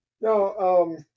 No